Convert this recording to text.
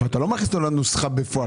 אתה לא מכניס אותו לנוסחה בפועל.